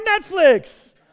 Netflix